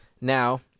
Now